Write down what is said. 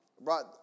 brought